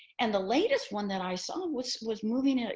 and the latest one that i saw was was moving. ah